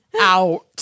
out